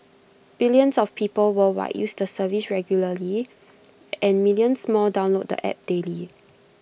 billions of people worldwide use the service regularly and millions more download the app daily